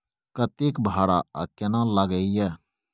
कतेक भाड़ा आ केना लागय ये?